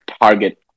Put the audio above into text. target